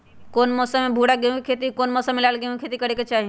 कौन मौसम में भूरा गेहूं के खेती और कौन मौसम मे लाल गेंहू के खेती करे के चाहि?